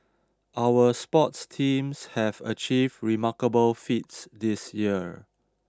our sports teams have achieved remarkable feats this year